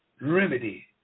remedy